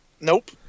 Nope